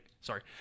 sorry